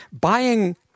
buying